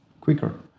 quicker